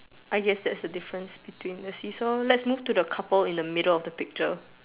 I guess that's the difference between so let's so move to the couple in the middle of the picture